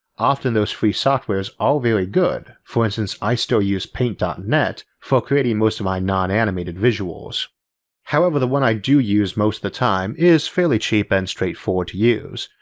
often those free softwares are very good, for instance i still use paint dot net for creating most of my non-animated visuals however the one i do use most of the time is fairly cheap and straightforward to use,